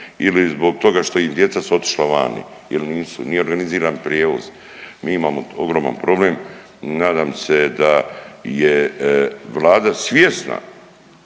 ili zbog toga što im djeca su otišla vani ili nisu, nije organiziran prijevoz mi imamo ogroman problem. Nadam se da je Vlada svjesna